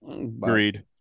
agreed